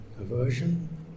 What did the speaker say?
aversion